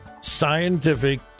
scientific